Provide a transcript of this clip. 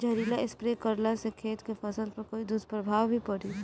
जहरीला स्प्रे करला से खेत के फसल पर कोई दुष्प्रभाव भी पड़ी?